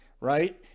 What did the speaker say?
right